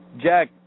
Jack